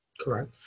Correct